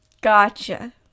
gotcha